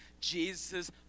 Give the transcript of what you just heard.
Jesus